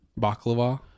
Baklava